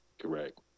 Correct